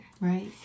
Right